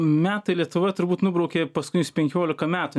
metai lietuva turbūt nubraukė paskutinius penkiolika metų